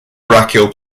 brachial